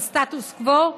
על סטטוס קוו?